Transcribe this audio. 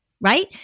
right